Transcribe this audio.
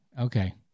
okay